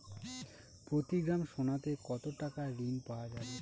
প্রতি গ্রাম সোনাতে কত টাকা ঋণ পাওয়া যাবে?